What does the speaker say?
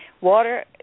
Water